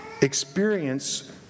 Experience